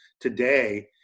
today